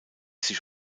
sich